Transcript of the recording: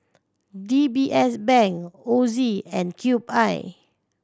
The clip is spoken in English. D B S Bank Ozi and Cube I